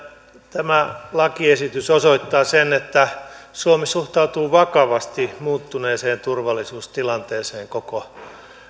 tämä lakiesitys osoittaa sen että suomi suhtautuu vakavasti muuttuneeseen turvallisuustilanteeseen koko